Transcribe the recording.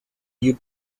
you